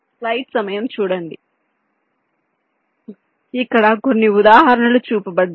కాబట్టి ఇక్కడ కొన్ని ఉదాహరణలు చూపబడ్డాయి